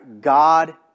God